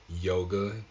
yoga